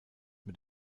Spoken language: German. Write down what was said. mit